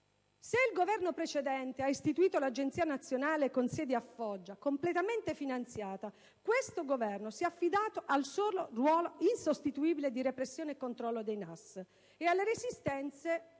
se il Governo precedente ha istituito l'Agenzia nazionale per la sicurezza alimentare, con sede a Foggia, completamente finanziata, questo Governo si è affidato al solo ruolo, insostituibile, di repressione e controllo dei NAS e alle resistenze,